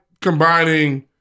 combining